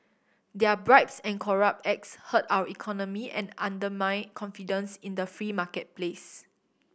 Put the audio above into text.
their bribes and corrupt acts hurt our economy and undermine confidence in the free marketplace